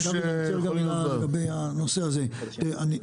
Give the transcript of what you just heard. לגבי הנושא הזה, תראה,